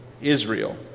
Israel